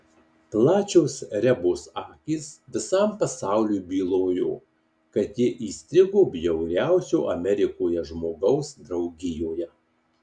plačios rebos akys visam pasauliui bylojo kad ji įstrigo bjauriausio amerikoje žmogaus draugijoje